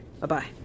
Bye-bye